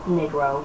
Negro